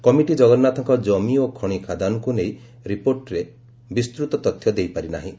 committee ଜଗନ୍ତାଥଙ୍କ ଜମି ଓ ଖଣି ଖାଦାନକୁ ନେଇ ରିପୋର୍ଟରେ ବିସ୍ତୃତ ତଥ୍ୟ ଦେଇପାରି ନାହିଁ